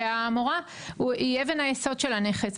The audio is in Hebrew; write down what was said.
והמורה היא אבן היסוד של הנכס.